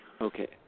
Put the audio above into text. Okay